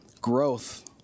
Growth